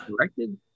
directed